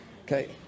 Okay